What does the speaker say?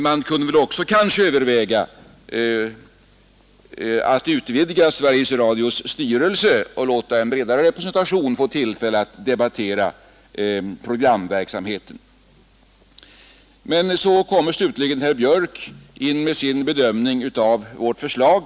Man kunde väl också överv att utvidga Sveriges Radios styrelse och låta en bredare representation få tillfälle att debattera Så kom slutligen herr Björk i Göteborg med sin bedömning av vårt förslag.